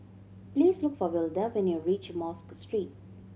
please look for Wilda when you reach Mosque Street